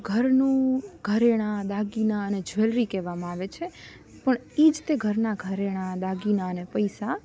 ઘરનું ઘરેણાં દાગીના અને જ્વેલરી કહેવામાં આવે છે પણ એજ તે ઘરના ઘરેણાં દાગીનાને પૈસા